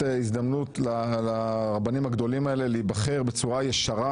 הזדמנות לרבנים הגדולים האלה להיבחר בצורה ישרה,